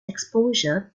exposure